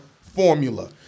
formula